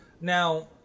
Now